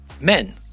men